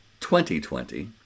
2020